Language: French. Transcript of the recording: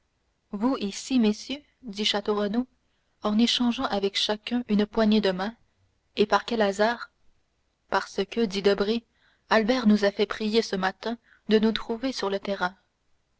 vous ici messieurs dit château renaud en échangeant avec chacun une poignée de main et par quel hasard parce que dit debray albert nous a fait prier ce matin de nous trouver sur le terrain